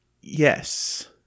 Yes